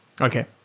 Okay